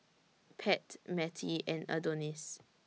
Pat Mattie and Adonis